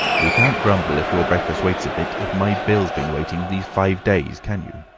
you can't grumble if your breakfast waits a bit, if my bill's been waiting these five days, can you?